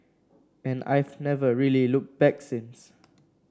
and I've never really looked back since